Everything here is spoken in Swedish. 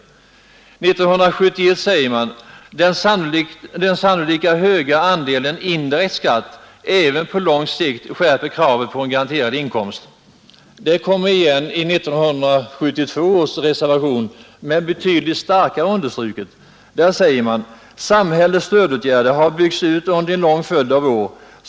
1971 sade man: ”Den sannolika höga andelen indirekt skatt även på lång sikt irper kravet på en garanterad inkomst.” Detta kommer igen i 1972 års reservation men betydligt starkare understruket. Där säger man: ”Samhällets stödåtgärder har byggts ut under en lång följd av år.